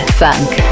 funk